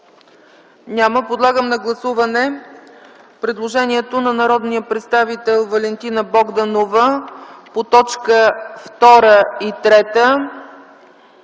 Няма. Подлагам на гласуване предложението на народния представител Валентина Богданова по т. 2 и 3